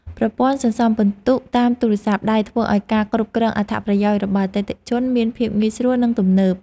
ប្រព័ន្ធសន្សំពិន្ទុតាមទូរស័ព្ទដៃធ្វើឱ្យការគ្រប់គ្រងអត្ថប្រយោជន៍របស់អតិថិជនមានភាពងាយស្រួលនិងទំនើប។